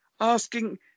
asking